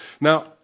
Now